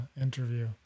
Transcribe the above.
interview